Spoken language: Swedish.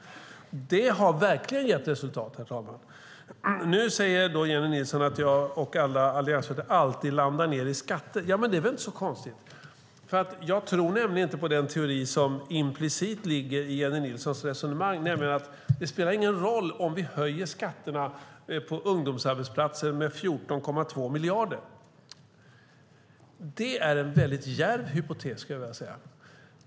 De har verkligen gett resultat, herr talman. Nu säger Jennie Nilsson att jag och alla i Alliansen alltid landar i att tala skatter. Ja, men det är väl inte så konstigt. Jag tror nämligen inte på den teori som implicit ligger i Jennie Nilssons resonemang, att det inte spelar någon roll om vi höjer skatterna på ungdomsarbetsplatser med 14,2 miljarder. Det är en väldigt djärv hypotes, skulle jag vilja säga.